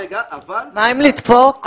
מה עם לדפוק?